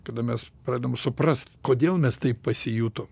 kada mes pradedam suprast kodėl mes taip pasijutom